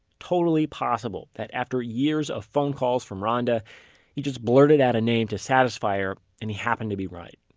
totally possible that after years of phone calls from ronda he just blurted out a name to satisfy her and he happened to be right